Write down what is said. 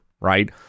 right